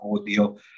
audio